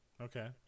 Okay